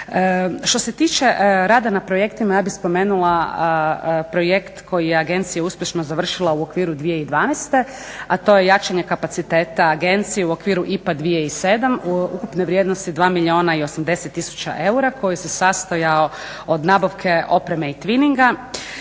Što se tiče rada na projektima ja bih spomenula projekt koji je Agencija uspješno završila u okviru 2012. a to je jačanje kapaciteta Agencije u okviru IPA 2007. ukupne vrijednosti 2 milijuna i 80 000 eura koji se sastojao od nabavke opreme i twinninga.